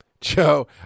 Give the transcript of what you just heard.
Joe